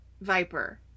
Viper